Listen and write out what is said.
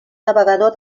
navegador